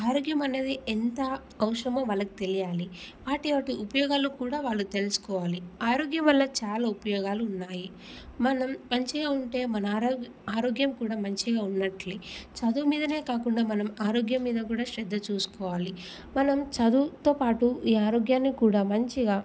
ఆరోగ్యం అనేది ఎంత అవసరమో వాళ్ళకి తెలియాలి వాటి వాటి ఉపయోగాలు కూడా వాళ్ళు తెలుసుకోవాలి ఆరోగ్యం వల్ల చాలా ఉపయోగాలు ఉన్నాయి మనం మంచిగా ఉంటే మన ఆరోగ్ ఆరోగ్యం కూడా మంచిగా ఉన్నట్లే చదువు మీదనే కాకుండా మనం ఆరోగ్యం మీద గూడా శ్రద్ధ చూసుకోవాలి మనం చదువుతోపాటు ఈ ఆరోగ్యాన్ని కూడా మంచిగా